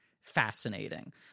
fascinating